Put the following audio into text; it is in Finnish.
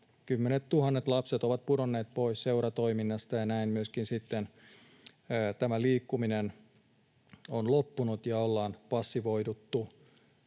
lapset ovat pudonneet pois seuratoiminnasta, ja näin myöskin sitten liikkuminen on loppunut ja ollaan passivoiduttu.